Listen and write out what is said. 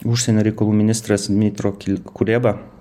užsienio reikalų ministras dmitro kuleba